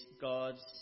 God's